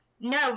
No